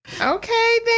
Okay